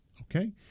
Okay